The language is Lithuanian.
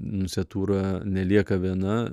nunciatūra nelieka viena